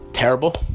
terrible